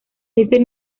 ese